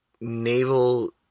naval